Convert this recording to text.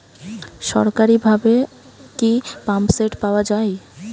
সরকারিভাবে কি পাম্পসেট পাওয়া যায়?